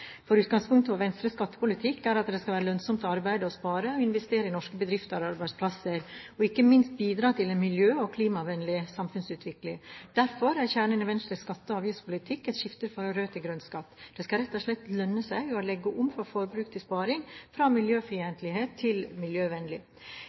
dette. Utgangspunktet for Venstres skattepolitikk er at det skal være lønnsomt å arbeide, å spare og å investere i norske bedrifter og arbeidsplasser, og ikke minst bidra til en miljø- og klimavennlig samfunnsutvikling. Derfor er kjernen i Venstres skatte- og avgiftspolitikk et skifte fra rød til grønn skatt. Det skal rett og slett lønne seg å legge om fra forbruk til sparing, fra